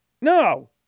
No